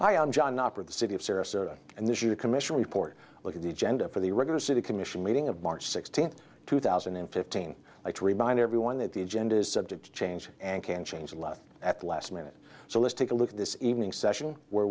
am john knopper the city of sarasota and this you commission report look at the agenda for the regular city commission meeting of march sixteenth two thousand and fifteen i to remind everyone that the agenda is subject to change and can change left at the last minute so let's take a look at this evening session where